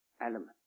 element